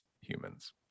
humans